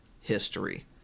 history